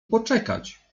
poczekać